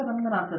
Ranganathan T